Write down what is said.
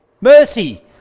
Mercy